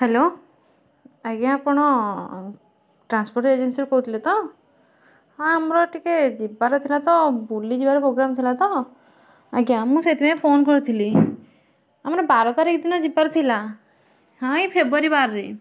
hello ଆଜ୍ଞା ଆପଣ transport agency ରୁ କହୁଥିଲେ ତ ହଁ ଆମର ଟିକେ ଯିବାର ଥିଲା ତ ବୁଲି ଯିବାର ପ୍ରୋଗ୍ରାମ ଥିଲା ତ ଆଜ୍ଞା ମୁଁ ସେଥିପାଇଁ ଫୋନ୍ କରିଥିଲି ଆମର ବାର ତାରିଖ ଦିନ ଯିବାର ଥିଲା ହଁ ଏଇ ଫେବୃଆରୀ ବାର ରେ